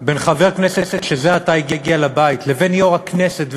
בין חבר כנסת שזה עתה הגיע לבית לבין יושב-ראש הכנסת,